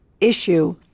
issue